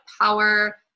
power